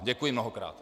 Děkuji mnohokrát.